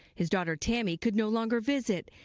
his daughter tammy could no longer visit.